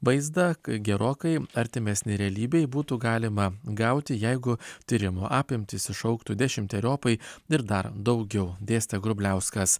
vaizdą gerokai artimesnį realybei būtų galima gauti jeigu tyrimų apimtys išaugtų dešimteriopai ir dar daugiau dėstė grubliauskas